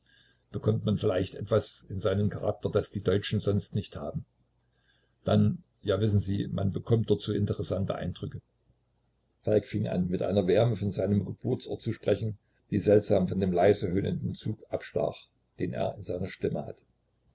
bekommt man vielleicht etwas in seinen charakter das die deutschen sonst nicht haben dann ja wissen sie man bekommt dort so interessante eindrücke falk fing an mit einer wärme von seinem geburtsort zu sprechen die seltsam von dem leise höhnenden zug abstach den er in seiner stimme hatte